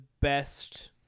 best